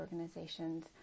organizations